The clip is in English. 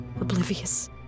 oblivious